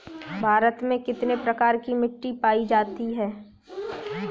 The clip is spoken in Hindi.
भारत में कितने प्रकार की मिट्टी पायी जाती है?